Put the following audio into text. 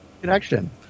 connection